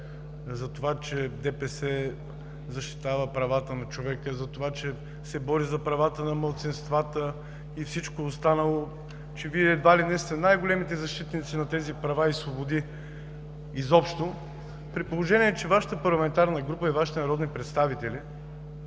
на ДПС, че ДПС защитава правата на човека, че се бори за правата на малцинствата и всичко останало, че Вие едва ли не сте най-големите защитници на тези права и свободи изобщо, при положение че Вашата парламентарна групи и Вашите народни представители